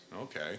Okay